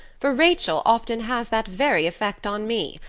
for rachel often has that very effect on me.